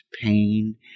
pain